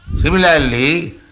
Similarly